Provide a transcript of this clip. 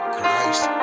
Christ